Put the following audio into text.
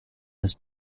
has